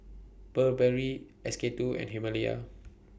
Burberry SK two and Himalaya